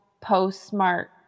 postmark